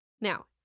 Now